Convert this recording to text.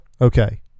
okay